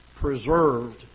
preserved